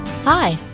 Hi